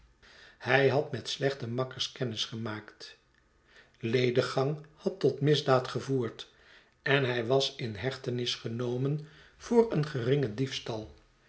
hij had met slechte makkers kennis gemaakt lediggang had tot misdaad gevoerd en hij was in hechtenis genomen voor een geringen diefstal